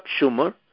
Schumer